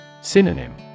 Synonym